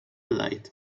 light